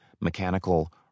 mechanical